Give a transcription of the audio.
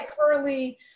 currently